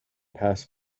pass